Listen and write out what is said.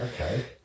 Okay